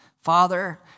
Father